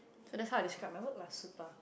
to the help describe my hope are super